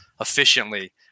efficiently